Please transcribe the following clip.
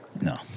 No